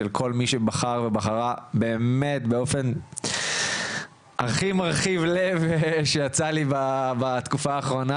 של כל מי שבחר ובחרה באמת באופן הכי מרחיב לב שיצא לי בתקופה האחרונה,